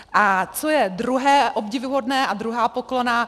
A co je druhé obdivuhodné a druhá poklona.